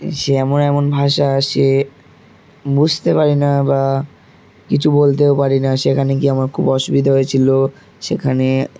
সে এমন এমন ভাষা সে বুঝতে পারি না বা কিছু বলতেও পারি না সেখানে গিয়ে আমার খুব অসুবিধা হয়েছিলো সেখানে